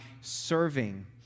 serving